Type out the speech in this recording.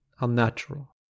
Unnatural